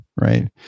right